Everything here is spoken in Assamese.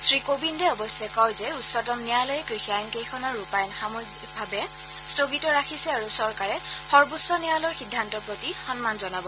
শ্ৰীকোবিন্দে অৱশ্যে কয় যে উচ্চতম ন্যায়ালয়ে কৃষি আইনকেইখনৰ ৰূপায়ণ সাময়িকভাৱে স্থগিত ৰাখিছে আৰু চৰকাৰে সৰ্বোচ্চ ন্যায়ালয়ৰ সিদ্ধান্তৰ প্ৰতি সন্মান জনাব